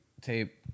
tape